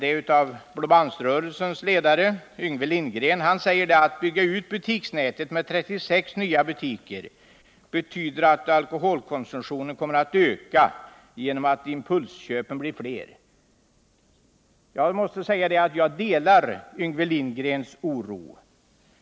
Det är från Blåbandsrörelsens ledare Yngve Lindgren, som säger följande: ”Att bygga ut butiksnätet med 36 nya butiker betyder att alkoholkonsumtionen kommer att öka genom att impulsköpen blir fler.” Jag delar Yngve Lindgrens oro.